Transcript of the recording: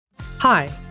Hi